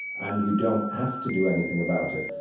and you don't have to do anything about it.